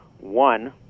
One